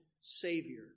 Savior